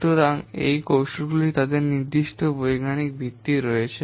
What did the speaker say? সুতরাং এই কৌশলগুলির তাদের নির্দিষ্ট বৈজ্ঞানিক ভিত্তি রয়েছে